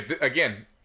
again